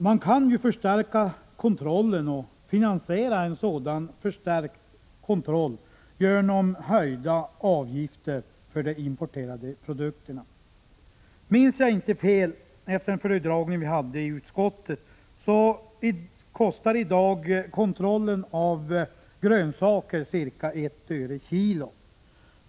Man kan ju förstärka kontrollen och finansiera en sådan förstärkning genom höjda avgifter för de importerade produkterna. Minns jag inte fel efter föredragningen i utskottet kostar i dag kontrollen av grönsaker ca 1 öre/kg.